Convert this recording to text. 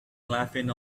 laughing